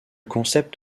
concept